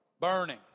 Burning